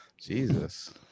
Jesus